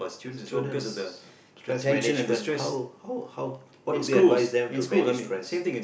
students stress management how how how what do they advise them to manage stress